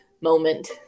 moment